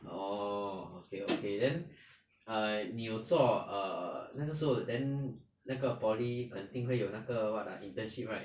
oh okay okay then err 你有做 err 那个时候 then 那个 poly 肯定会有那个 what ah internship right